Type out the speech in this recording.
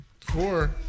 Four